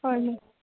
ꯍꯣꯏ ꯃꯦꯝ